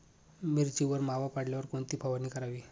मिरचीवर मावा पडल्यावर कोणती फवारणी करावी?